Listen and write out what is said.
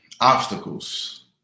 obstacles